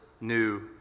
new